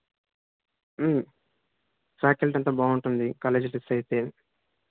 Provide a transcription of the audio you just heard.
faculty అంతా బాగుంటుంది college trips అయితే